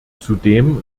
zudem